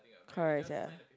correct sia